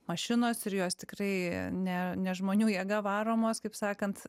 mašinos ir jos tikrai ne ne žmonių jėga varomos kaip sakant